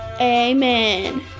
Amen